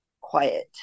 quiet